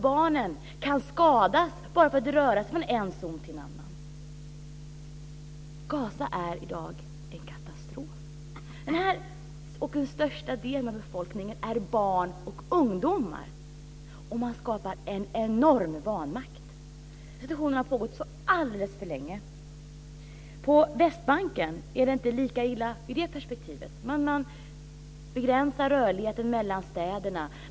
Barnen kan skadas när de rör sig från en zon till en annan. Gaza är i dag ett katastrofområde. Den största delen av befolkningen är barn och ungdomar. Det har skapats en enorm vanmakt. Den här situationen har varat alldeles för länge. På Västbanken är det inte lika illa ur det perspektivet. Man har begränsat rörligheten mellan städerna.